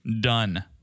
done